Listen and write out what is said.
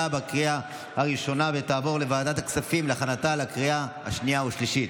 בקריאה הראשונה ותעבור לוועדת הכספים להכנתה לקריאה השנייה והשלישית.